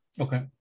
Okay